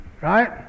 right